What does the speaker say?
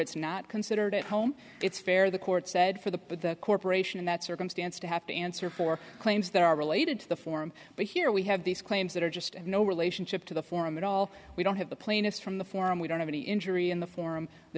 it's not considered at home it's fair the court said for the corporation in that circumstance to have to answer for claims that are related to the form but here we have these claims that are just no relationship to the forum at all we don't have the plaintiffs from the forum we don't have any injury in the form the